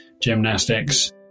Gymnastics